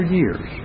years